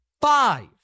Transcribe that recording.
five